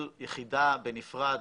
שכל יחידה בנפרד,